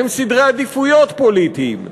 הם סדרי עדיפויות פוליטיים.